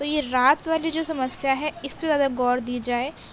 تو یہ رات والی جو سمسیا ہے اس پہ زیادہ غور دی جائے